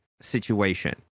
situation